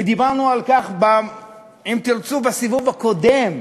ודיברנו על כך, אם תרצו, בסיבוב הקודם,